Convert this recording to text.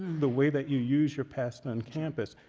the way that you use your past on campus,